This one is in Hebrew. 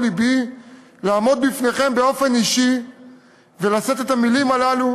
לבי לעמוד בפניכם באופן אישי ולשאת את המילים הללו.